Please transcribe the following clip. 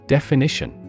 Definition